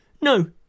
No